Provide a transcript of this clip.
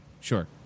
Sure